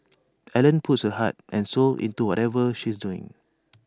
Ellen puts her heart and soul into whatever she's doing